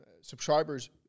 subscribers